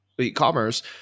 e-commerce